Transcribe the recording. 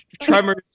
Tremors